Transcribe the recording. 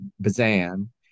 Bazan